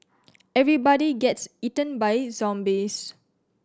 everybody gets eaten by zombies